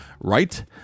right